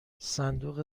صندوق